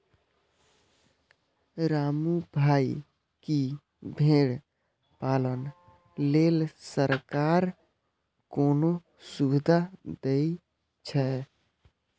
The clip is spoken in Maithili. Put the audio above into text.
रामू भाइ, की भेड़ पालन लेल सरकार कोनो सुविधा दै छै?